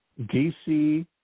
DC